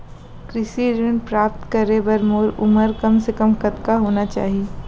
कृषि ऋण प्राप्त करे बर मोर उमर कम से कम कतका होना चाहि?